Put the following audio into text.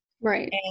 Right